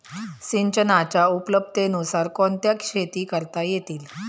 सिंचनाच्या उपलब्धतेनुसार कोणत्या शेती करता येतील?